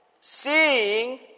seeing